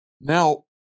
Now